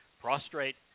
prostrate